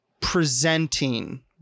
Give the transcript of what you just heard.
Presenting